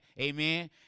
Amen